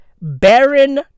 Baron